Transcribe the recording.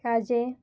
खाजें